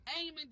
aiming